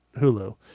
Hulu